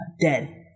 dead